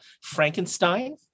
Frankenstein